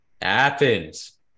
Athens